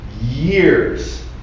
years